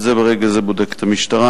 את זה ברגע זה בודקת המשטרה.